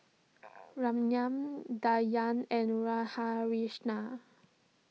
Ramnath Dhyan and Radhakrishnan